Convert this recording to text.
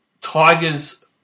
Tigers